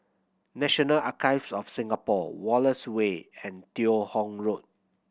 National Archives of Singapore Wallace Way and Teo Hong Road